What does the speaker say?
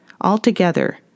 Altogether